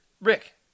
Rick